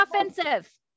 offensive